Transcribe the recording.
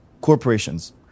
corporations